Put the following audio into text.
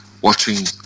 watching